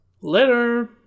Later